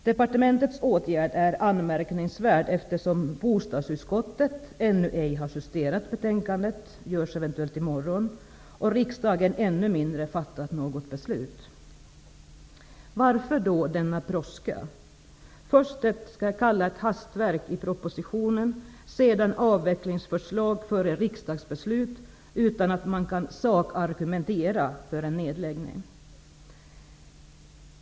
Departementets åtgärd är anmärkningsvärd, eftersom bostadsutskottet ännu ej har justerat sitt betänkande -- det görs eventuellt i morgon -- och riksdagen ännu mindre har fattat något beslut. Varför denna brådska? Först gör man ett hastverk i propositionen, sedan kommer man med ett avvecklingsförslag före riksdagsbeslutet, utan att man kan argumentera i sak för en nedläggning.